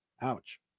Ouch